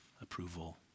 approval